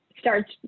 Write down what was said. starts